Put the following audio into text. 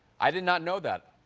i did not know that.